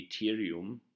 Ethereum